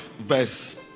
verse